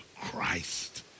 Christ